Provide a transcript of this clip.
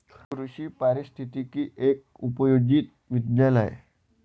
कृषी पारिस्थितिकी एक उपयोजित विज्ञान आहे